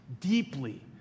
deeply